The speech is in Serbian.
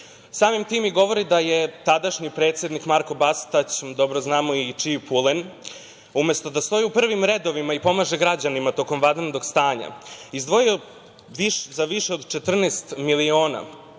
Samim tim mi govori da je tadašnji predsednik Marko Bastać, dobro znamo i čiji pulen, umesto da stoji u prvim redovima i pomaže građanima tokom vanrednog stanja izdvojio za više od 14 miliona